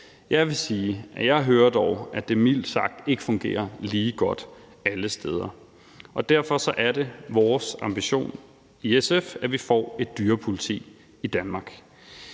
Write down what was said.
Jeg vil sige, at jeg dog hører, at det mildt sagt ikke fungerer lige godt alle steder, og derfor er det vores ambition i SF, at vi får et dyrepoliti Danmark.